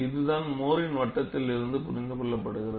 இதுதான் மோஹரின் வட்டத்தில்Mohrs circle இருந்து புரிந்து கொள்ளபடுகிறது